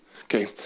Okay